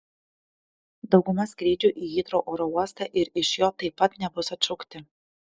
dauguma skrydžių į hitrou oro uostą ir iš jo taip pat nebus atšaukti